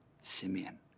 Simeon